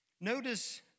Notice